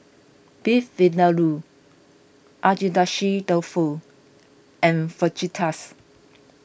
Beef Vindaloo Agedashi Dofu and Fajitas